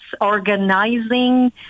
organizing